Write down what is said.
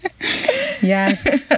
Yes